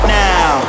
now